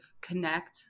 connect